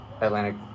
Atlantic